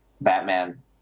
Batman